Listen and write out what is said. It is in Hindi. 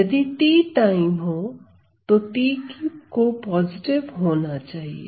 यदि t टाइम हो तो t को पॉजिटिव होना चाहिए